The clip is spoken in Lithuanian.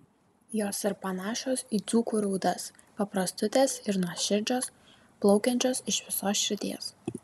jos ir panašios į dzūkų raudas paprastutės ir nuoširdžios plaukiančios iš visos širdies